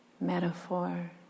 metaphor